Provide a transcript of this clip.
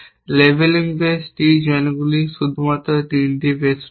labelling base T জয়েন্টগুলির শুধুমাত্র 6টি বেস রয়েছে